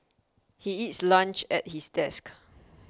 he eats lunch at his desk